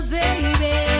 baby